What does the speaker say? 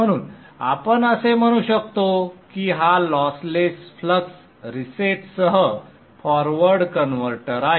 म्हणून आपण असे म्हणू शकतो की हा लॉसलेस फ्लक्स रीसेट सह फॉरवर्ड कन्व्हर्टर आहे